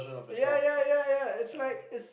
ya ya ya ya it's like it's